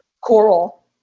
Coral